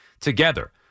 together